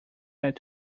had